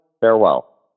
farewell